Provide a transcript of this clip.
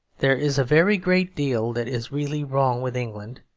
there is a very great deal that is really wrong with england,